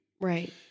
Right